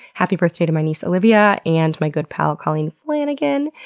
happy birthday to my niece olivia and my good pal colleen flanagan.